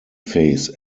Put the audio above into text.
phase